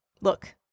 Look